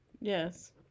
Yes